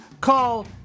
Call